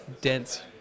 dense